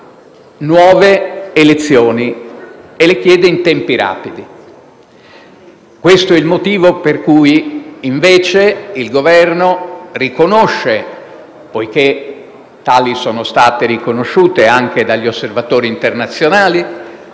nuove elezioni e le chiede in tempi rapidi. Questo è il motivo per cui, invece, il Governo riconosce - poiché tali sono state riconosciute anche dagli osservatori internazionali